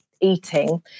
eating